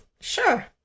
Sure